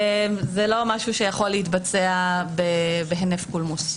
זה לא משהו שיכול להתבצע בהינף קולמוס.